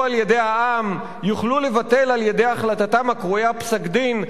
על-ידי העם יוכלו לבטל על-ידי החלטתם הקרויה 'פסק-דין',